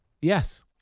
Yes